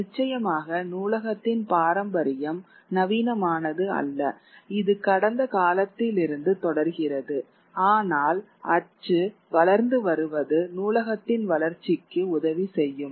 நிச்சயமாக நூலகத்தின் பாரம்பரியம் நவீனமானது அல்ல இது கடந்த காலத்திலிருந்து தொடர்கிறது ஆனால் அச்சு வளர்ந்து வருவது நூலகத்தின் வளர்ச்சிக்கு உதவி செய்யும்